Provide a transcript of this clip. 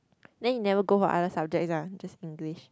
then you never go for other subjects ah just English